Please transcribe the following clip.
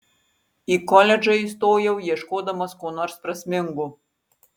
į koledžą įstojau ieškodamas ko nors prasmingo